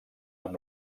amb